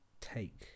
take